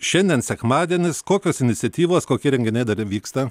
šiandien sekmadienis kokios iniciatyvos kokie renginiai dar vyksta